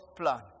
plan